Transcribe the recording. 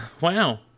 Wow